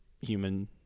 human